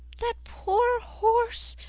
that poor horse!